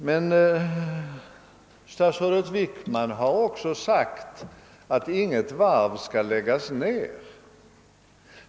Men statsrådet Wickman har också sagt att inget varv skall läggas ner.